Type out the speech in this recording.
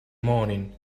moaning